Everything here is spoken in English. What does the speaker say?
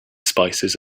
spices